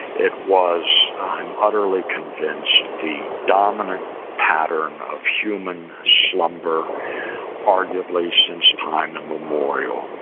it was, i'm utterly convinced, the dominant pattern of human slumber arguably since time immemorial.